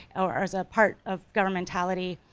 or as a part of governmentality,